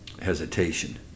hesitation